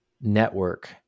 network